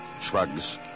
shrugs